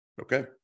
okay